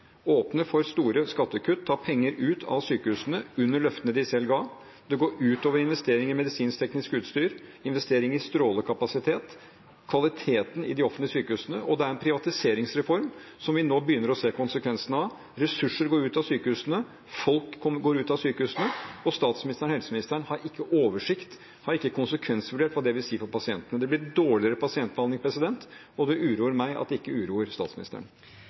for store skattekutt og tar penger ut av sykehusene under løftene de selv ga. Det går ut over investeringene i medisinsk-teknisk utstyr, investeringer i strålekapasitet og kvaliteten i de offentlige sykehusene, og det er en privatiseringsreform som vi nå begynner å se konsekvensene av. Ressurser går ut av sykehusene, folk går ut av sykehusene, og statsministeren og helseministeren har ikke oversikt, har ikke konsekvensvurdert hva det vil si for pasientene. Det blir dårligere pasientbehandling, og det uroer meg at det ikke uroer statsministeren.